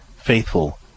faithful